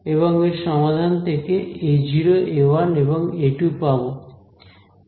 এবং এর সমাধান থেকে a0a1 এবং a2 পাব